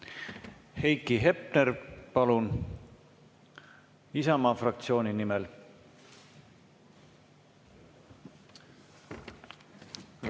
Heiki Hepner, palun, Isamaa fraktsiooni nimel!